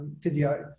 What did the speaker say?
physio